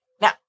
Now